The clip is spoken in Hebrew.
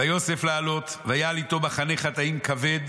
ויוסף לעלות ויעל איתו מחנה חטאים כבד